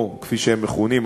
או כפי שהם מכונים,